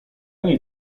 niej